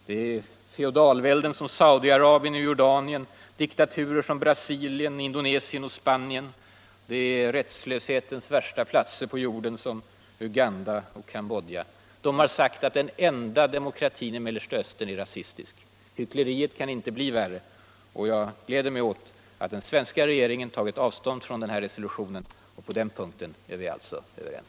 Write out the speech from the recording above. Det är feodalvälden som Saudiarabien och Jordanien, diktaturer som Brasilien, Indonesien, Sovjet och Spanien och några av rättslöshetens värsta platser på jorden som Uganda och Cambodja som har sagt att den enda demokratin i Mellersta Östern är rasistisk. Hyckleriet kan inte bli värre. Jag gläder mig åt att den svenska regeringen tagit avstånd från denna resolution. På den punkten är vi alltså överens.